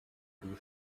die